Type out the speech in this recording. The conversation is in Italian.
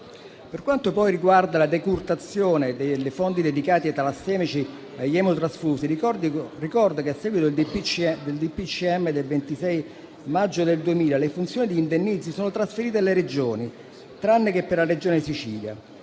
Per quanto riguarda, poi, la decurtazione dei fondi dedicati ai talassemici e agli emotrasfusi, ricordo che, a seguito del DPCM del 26 maggio 2000, le funzioni di indennizzo sono trasferite alle Regioni, tranne che per la Regione Sicilia.